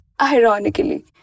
ironically